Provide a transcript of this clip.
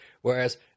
whereas